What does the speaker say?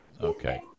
Okay